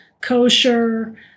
kosher